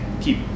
keep